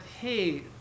hey